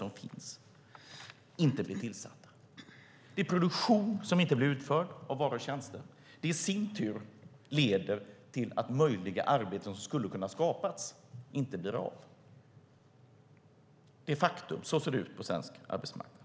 Det är produktion av varor och tjänster som inte blir utförd, vilket i sin tur leder till att arbeten som skulle kunna skapas inte blir av. Det är ett faktum att det ser ut så på svensk arbetsmarknad.